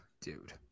dude